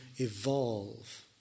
evolve